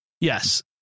Yes